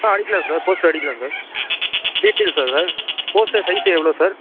ஆ அடிக்கலாம் sir poster அடிக்கலாம் sir டீடெயில்ஸா சார் போஸ்டர் சைஸ் எவ்வளோ சார்